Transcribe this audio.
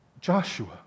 Joshua